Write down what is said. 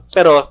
Pero